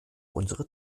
unsere